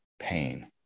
pain